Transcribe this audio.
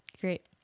Great